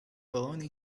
baloney